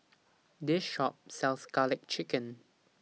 This Shop sells Garlic Chicken